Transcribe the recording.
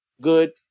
good